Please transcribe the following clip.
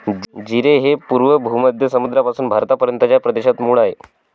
जीरे हे पूर्व भूमध्य समुद्रापासून भारतापर्यंतच्या प्रदेशात मूळ आहे